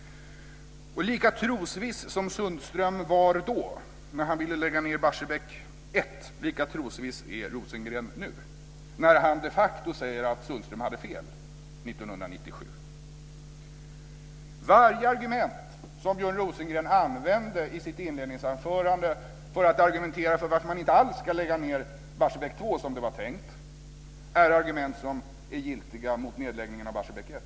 Lika trosviss som Sundström var då, när han ville lägga ned Barsebäck 1, är Rosengren nu när han de facto säger att Sundström hade fel Varje argument som Björn Rosengren använde i sitt inledningsanförande för att man inte alls ska lägga ned Barsebäck 2, som det var tänkt, är argument som är giltiga mot nedläggningen av Barsebäck 1.